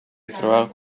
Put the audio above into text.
throughout